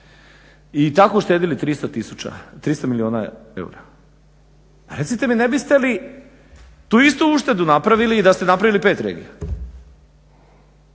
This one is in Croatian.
i tako uštedili 300 milijuna eura. Recite mi ne biste li tu istu uštedu napravili da ste napravili 5 regija.